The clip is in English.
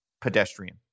pedestrian